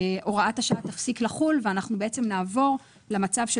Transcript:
הוראת השעה תפסיק לחול ואנחנו נעבור למצב של